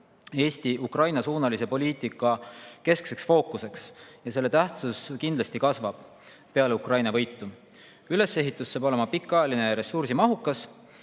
Eesti Ukraina-suunalise poliitika keskseks fookuseks. Selle tähtsus kindlasti kasvab peale Ukraina võitu. Ülesehitus saab olema pikaajaline ja ressursimahukas.